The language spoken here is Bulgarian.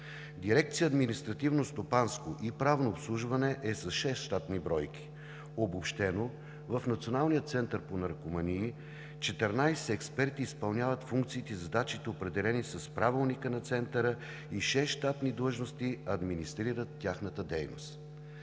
Дирекция „Административно-стопанско и правно обслужване“ е с 6 щатни бройки. Обобщено: в Националния център по наркомании 14 експерти изпълняват функциите и задачите, определени с Правилника на Центъра, и шест щатни длъжности администрират тяхната дейност.